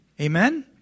amen